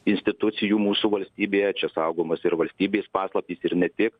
institucijų mūsų valstybėje čia saugomos ir valstybės paslaptys ir ne tik